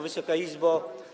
Wysoka Izbo!